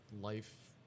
life